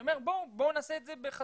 אני אומר בואו נעשה את זה בחתיכות.